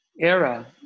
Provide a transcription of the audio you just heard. era